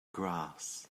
grass